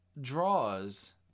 draws